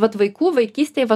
vat vaikų vaikystėj va